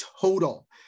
Total